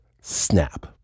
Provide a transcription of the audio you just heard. snap